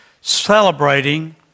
celebrating